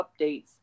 updates